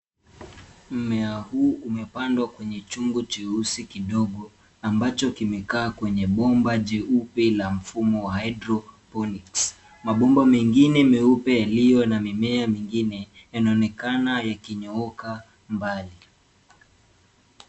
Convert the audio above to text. Mmea huu umepandwa kwenye chungu cheusi kidogo, ambacho kimekaa kwenye bomba jeupe la mfumo wa hydrophonics . Mabomba mengine meupe yaliyo na mimea mingine, yanaonekana yakinyooka mbali.